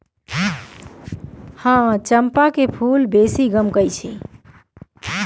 चंपा के फूल बहुत बेशी गमकै छइ